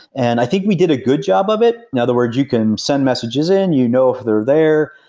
and i think we did a good job of it. in other words, you can send messages in, you know if they're there,